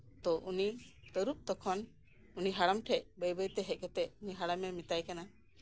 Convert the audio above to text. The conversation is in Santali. ᱛᱳ ᱩᱱᱤ ᱛᱟᱹᱨᱩᱵᱽ ᱛᱚᱠᱷᱚᱱ ᱦᱟᱲᱟᱢ ᱴᱷᱮᱡ ᱵᱟᱹᱭ ᱵᱟᱹᱭᱛᱮ ᱦᱮᱡ ᱠᱟᱛᱮᱜ ᱦᱟᱲᱟᱢᱮ ᱢᱮᱛᱟᱭ ᱠᱟᱱᱟ